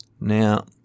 Now